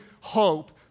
hope